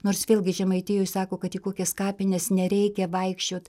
nors vėlgi žemaitijoj sako kad į kokias kapines nereikia vaikščiot